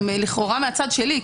לכאורה מהצד שלי,